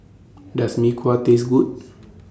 Does Mee Kuah Taste Good